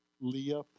Leah